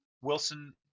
Wilson